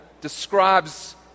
describes